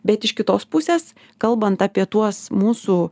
bet iš kitos pusės kalbant apie tuos mūsų